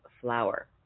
Flower